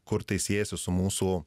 kur tai siejasi su mūsų